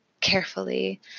carefully